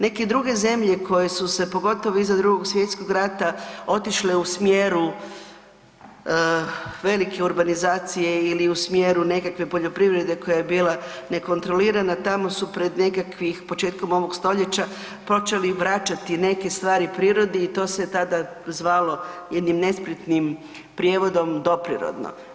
Neke druge zemlje koje su se, pogotovo iza II. svj. rata otišle u smjeru velike urbanizacije ili u smjeru nekakve poljoprivrede koja je bila nekontrolirana, tamo su pred nekakvih, početkom ovog stoljeća počeli vraćati neke stvari prirodi i to se je tada zvalo jednim nespretnim prijevodom doprirodno.